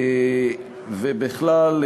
ובכלל,